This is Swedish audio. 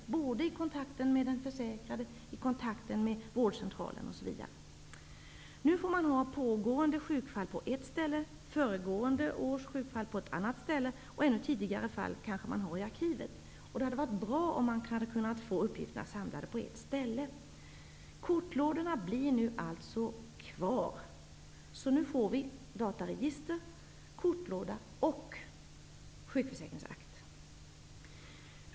Det gäller både kontakterna med den försäkrade och vårdcentralen. Nu får man ha uppgifter om pågående sjukfall på ett ställe, föregående års sjukfall på ett annat ställe, och ännu tidigare fall kanske man får ha i arkivet. Det hade varit bra om man hade kunnat få uppgifterna samlade på ett ställe. Kortlådorna blir kvar. Vi får nu dataregister, kortlådor och sjukförsäkringsakter.